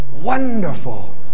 wonderful